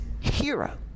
hero